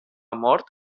mort